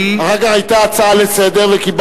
אחר כך היתה הצעה לסדר-היום,